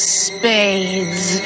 spades